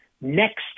next